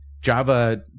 Java